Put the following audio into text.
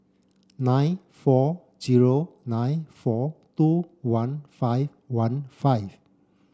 nine four zero nine four two one five one five